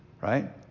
Right